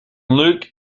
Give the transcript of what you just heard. luke